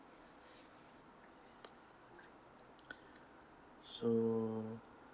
so